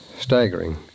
staggering